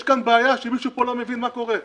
יש פה בעיה שמישהו לא מבין מה קורה.